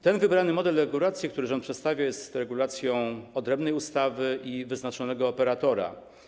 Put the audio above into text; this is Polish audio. Ten wybrany model regulacji, którzy rząd przedstawia, jest regulacją odrębnej ustawy i wyznaczonego operatora.